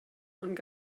und